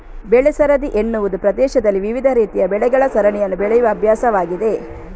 ಬೆಳೆ ಸರದಿ ಎನ್ನುವುದು ಪ್ರದೇಶದಲ್ಲಿ ವಿವಿಧ ರೀತಿಯ ಬೆಳೆಗಳ ಸರಣಿಯನ್ನು ಬೆಳೆಯುವ ಅಭ್ಯಾಸವಾಗಿದೆ